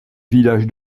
village